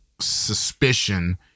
suspicion